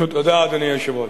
תודה, אדוני היושב-ראש.